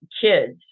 kids